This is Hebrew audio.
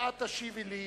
ואת תשיבי לי: